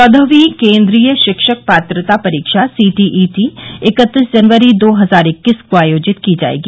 चौदहवीं केंद्रीय शिक्षक पात्रता परीक्षा सीटीईटी इकत्तीस जनवरी दो हजार इक्कीस को आयोजित की जाएगी